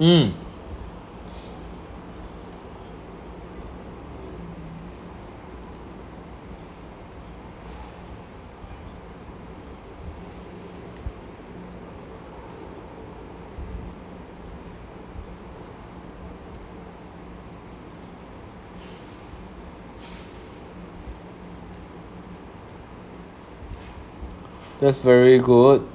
mm that's very good